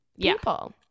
people